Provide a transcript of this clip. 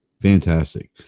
Fantastic